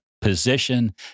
position